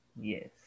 Yes